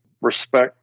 respect